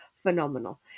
phenomenal